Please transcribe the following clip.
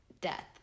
death